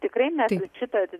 tikrai mes šitą